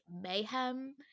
mayhem